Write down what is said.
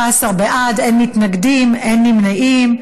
17 בעד, אין מתנגדים, אין נמנעים.